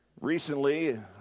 Recently